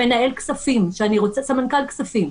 סמנכ"ל כספים,